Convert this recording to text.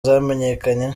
zamenyekanye